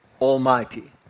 Almighty